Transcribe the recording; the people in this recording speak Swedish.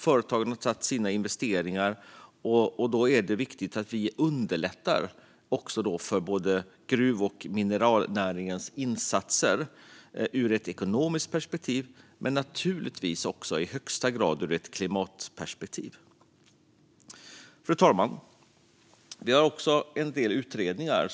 Företagen har gjort sina investeringar, och då är det viktigt ur ett ekonomiskt perspektiv men naturligtvis också i högsta grad ur ett klimatperspektiv att vi underlättar för både gruv och mineralnäringens insatser. Fru talman!